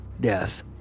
death